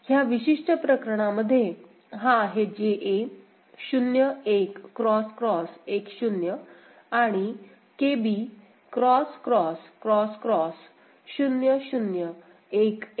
ह्या विशिष्ट प्रकरणामध्ये हा आहे JA 0 1 X X 1 0 आणि KB X X X X 0 0 1 1